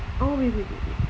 oh wait wait wait wait